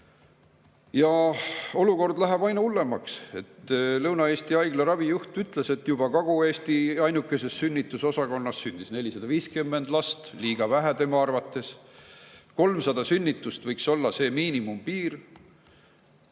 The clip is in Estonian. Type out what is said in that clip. Ja olukord läheb aina hullemaks. Lõuna-Eesti Haigla ravijuht ütles, et Kagu-Eesti ainukeses sünnitusosakonnas sündis 450 last. Liiga vähe tema arvates. 300 sünnitust võiks olla see miinimumpiir,